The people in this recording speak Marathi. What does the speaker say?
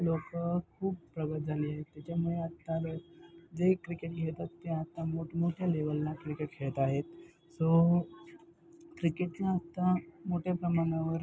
लोकं खूप प्रगत झाली आहेत त्याच्यामुळे आत्ता जे क्रिकेट खेळतात ते आत्ता मोठमोठ्या लेवलला क्रिकेट खेळत आहेत सो क्रिकेटला आत्ता मोठ्या प्रमाणावर